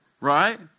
Right